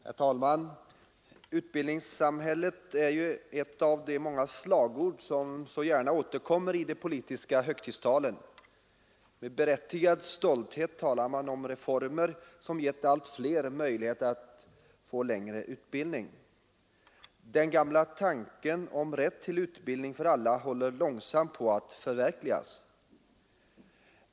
Herr talman! Utbildningssamhället är ett av de många slagord som så gärna återkommer i de politiska högtidstalen. Med berättigad stolthet talar man om reformer som givit allt fler möjlighet till längre utbildning. Den gamla tanken om rätt till utbildning för alla håller långsamt på att förverkligas.